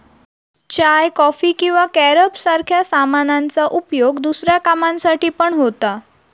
चाय, coffee किंवा carob सारख्या सामानांचा उपयोग दुसऱ्या कामांसाठी पण होता